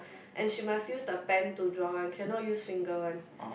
and she must use the pen to draw one cannot use finger one